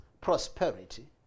prosperity